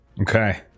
Okay